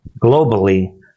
globally